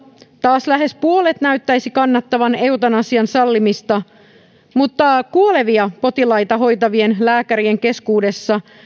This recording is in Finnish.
taas lähes puolet näyttäisi kannattavan eutanasian sallimista mutta kuolevia potilaita hoitavien lääkärien keskuudessa